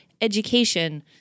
education